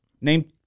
Name